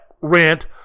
rant